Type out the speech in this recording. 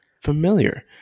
familiar